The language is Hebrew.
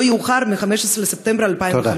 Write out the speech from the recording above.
לא יאוחר מ-15 בספטמבר 2015. תודה.